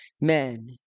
men